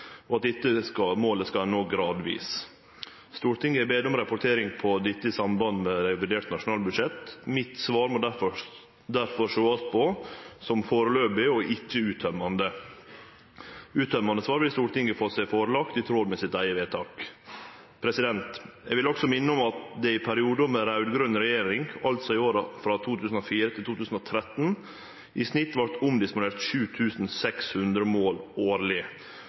og at dette målet skal ein nå gradvis. Stortinget har bede om rapportering på dette i samband med revidert nasjonalbudsjett. Mitt svar må difor sjåast på som foreløpig og ikkje uttømmande. Uttømmande svar vil verte lagt fram for Stortinget i tråd med eige vedtak. Eg vil også minne om at det i perioden med raud-grøn regjering, altså i åra frå 2004 til 2013, i snitt vart omdisponert 7 600 mål årleg,